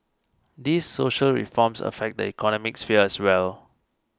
these social reforms affect the economic sphere as well